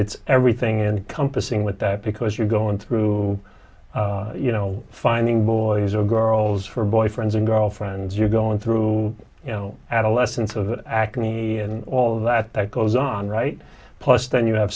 it's everything in compassing with that because you're going through you know finding boys or girls for boyfriends or girlfriends you're going through you know adolescence of acne and all of that that goes on right plus then you have